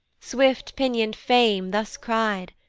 swift-pinion'd fame thus cry'd.